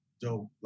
dope